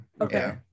okay